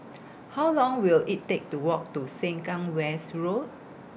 How Long Will IT Take to Walk to Sengkang West Road